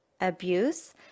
abuse